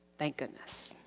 thank goodness.